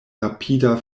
rapida